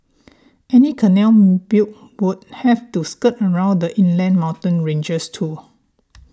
any canal built would have to skirt around the inland mountain ranges too